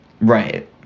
Right